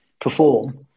perform